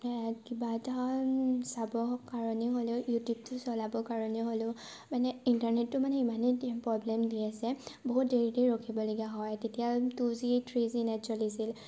কিবা এটা চাব কাৰণে হ'লেও ইউটিউবটো চলাব কাৰণে হ'লেও মানে ইণ্টাৰনেটটো মানে ইমানেই প্ৰব্লেম দি আছে বহুত দেৰি দেৰি ৰখিবলগীয়া হয় তেতিয়া two G three G net চলিছিল